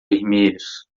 vermelhos